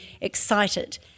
excited